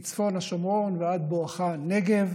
מצפון השומרון בואכה הנגב.